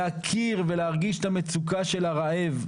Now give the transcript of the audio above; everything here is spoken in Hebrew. להכיר ולהרגיש את המצוקה של הרעב,